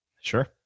Sure